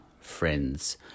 Friends